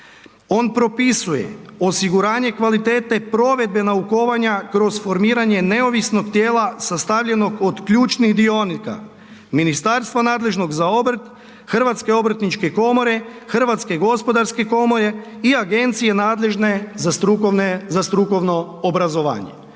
On propisuje osiguranje kvalitete provedbe naukovanja kroz formiranje neovisnog tijela sastavljenog od ključnih dionika, ministarstva nadležnog za obrt, HOK, HGK i agencije nadležne za strukovno obrazovanje.